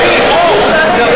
הצעת החוק הזאת